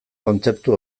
kontzeptu